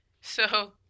So-